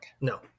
No